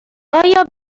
آیا